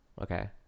Okay